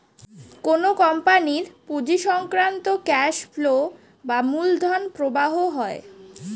কোন কোম্পানির পুঁজি সংক্রান্ত ক্যাশ ফ্লো বা মূলধন প্রবাহ হয়